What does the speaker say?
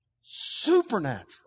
supernatural